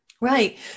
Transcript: Right